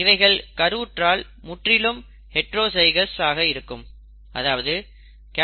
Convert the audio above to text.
இவைகள் கருவுற்றால் முற்றிலும் ஹைட்ரோஜைகோஸ் ஆக இருக்கும் அதாவது YyRr